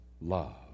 love